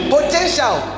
Potential